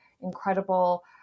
incredible